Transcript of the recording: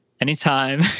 Anytime